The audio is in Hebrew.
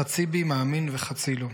/ חצי בי מאמין וחצי לא,